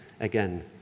again